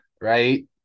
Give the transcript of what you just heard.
Right